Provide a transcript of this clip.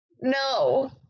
No